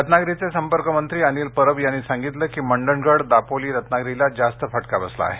रत्नागिरीचे संपर्क मंत्री अनिल परब यांनी सांगितलं की मंडणगड दापोली रत्नागिरीला जास्त फटका बसला आहे